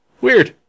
Weird